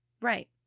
Right